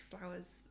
flowers